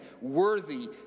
worthy